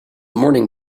morning